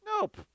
Nope